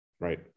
Right